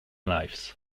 lives